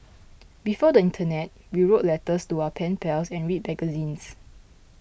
before the internet we wrote letters to our pen pals and read magazines